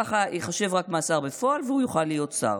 ככה ייחשב רק מאסר בפועל והוא יוכל להיות שר.